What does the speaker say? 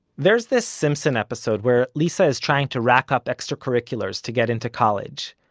there's this simpsons episode where lisa is trying to rack up extracurriculars to get into college.